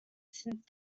since